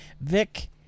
vic